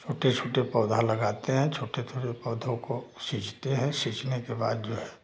छोटे छोटे पौधा लगाते हैं छोटे छोटे पौधों को सींचते हैं सींचने के बाद जो है